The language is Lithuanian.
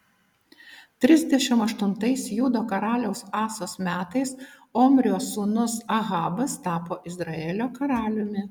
trisdešimt aštuntais judo karaliaus asos metais omrio sūnus ahabas tapo izraelio karaliumi